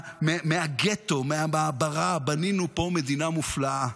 מהגטו, מהמעברה, בנינו פה מדינה מופלאה.